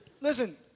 Listen